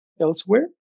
elsewhere